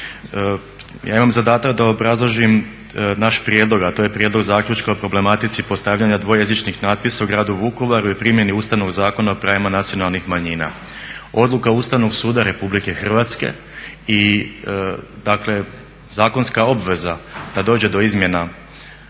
Ja imam zadatak da obrazložim naš prijedlog, a to je prijedlog zaključka o problematici postavljanja dvojezičnih natpisa u Gradu Vukovaru i primjeni Ustavnog zakona o pravima nacionalnih manjina. Odluka Ustavnog suda RH i dakle zakonska obveza da dođe do izmjena